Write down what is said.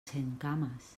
centcames